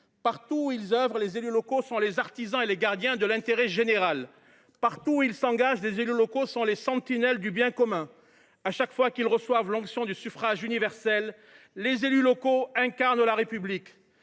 Partout où ils œuvrent, les élus locaux sont les artisans et les gardiens de l’intérêt général. Partout où ils s’engagent, les élus locaux sont les sentinelles du bien commun. Chaque fois qu’ils reçoivent l’onction du suffrage universel, les élus locaux incarnent la République.